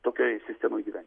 tokioj sistemoj gyventi